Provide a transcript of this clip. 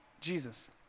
Jesus